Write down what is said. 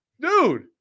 dude